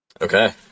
Okay